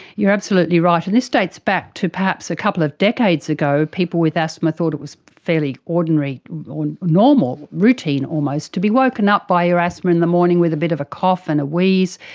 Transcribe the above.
you're absolutely right and this dates back to perhaps a couple of decades ago, people with asthma thought it was fairly ordinary or normal, routine almost to be woken up by your asthma in the morning with a bit of a cough and a wheeze,